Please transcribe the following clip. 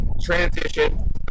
transition